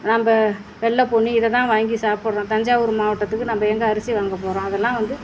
நம்ம வெள்ளை பொன்னி இதை தான் வாங்கி சாப்பிட்றோம் தஞ்சாவூர் மாவட்டத்துக்கு நம்ம எங்கே அரிசி வாங்க போகிறோம் அதெல்லாம் வந்து